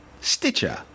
Stitcher